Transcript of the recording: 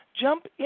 jump